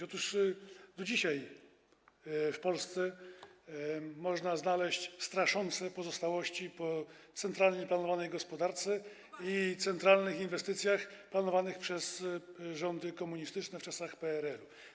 Otóż do dzisiaj w Polsce można znaleźć straszące pozostałości po centralnie planowanej gospodarce i centralnych inwestycjach planowanych przez rządy komunistyczne w czasach PRL.